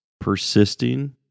persisting